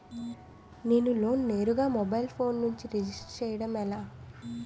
నేను లోన్ నేరుగా mobile phone నుంచి రిజిస్టర్ చేయండి ఎలా?